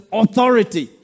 authority